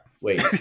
Wait